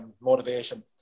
motivation